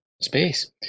space